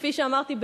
כפי שאמרתי,